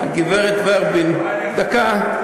הגברת ורבין, דקה.